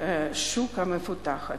שוק מפותחת.